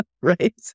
right